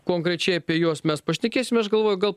konkrečiai apie juos mes pašnekėsim aš galvoju gal